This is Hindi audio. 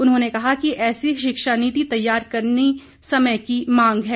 उन्होंने कहा कि ऐसी शिक्षा नीति तैयार करने की समय की मांग है